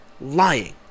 lying